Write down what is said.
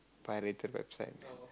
pirated website